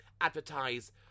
advertise